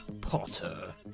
Potter